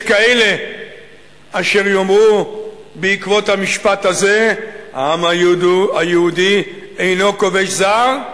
יש כאלה אשר יאמרו בעקבות המשפט הזה: העם היהודי אינו כובש זר,